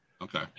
Okay